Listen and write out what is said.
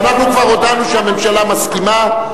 אנחנו כבר הודענו שהממשלה מסכימה,